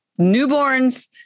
newborns